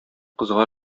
кызга